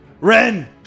Ren